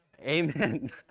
amen